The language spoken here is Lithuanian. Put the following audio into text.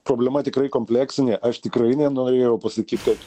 problema tikrai kompleksinė aš tikrai nenorėjau pasakyt kad